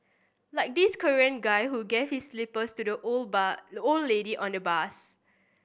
like this Korean guy who gave his slippers to the old the old lady on the bus